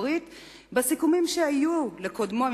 בארצות-הברית בסיכומים שהיו לקודמו עם